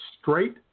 straight